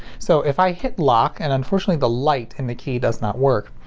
so if i hit lock, and unfortunately the light in the key does not work,